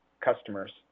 customers